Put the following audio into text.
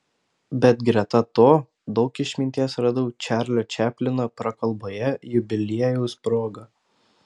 bet greta to daug išminties radau čarlio čaplino prakalboje jubiliejaus proga